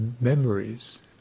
memories